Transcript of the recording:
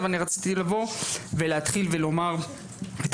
אבל אני רציתי לבוא ולהתחיל ולומר את